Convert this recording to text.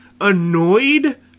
annoyed